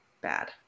bad